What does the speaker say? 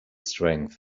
strength